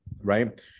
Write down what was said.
right